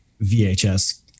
VHS